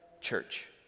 church